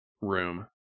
room